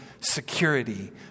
security